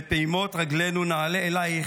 // בפסיעות רגלנו נעלה אלייך,